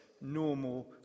normal